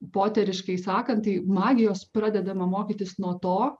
poteriškai sakant tai magijos pradedama mokytis nuo to